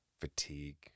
fatigue